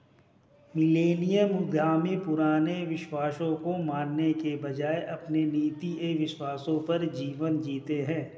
millennial उद्यमी पुराने विश्वासों को मानने के बजाय अपने नीति एंव विश्वासों पर जीवन जीते हैं